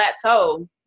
plateau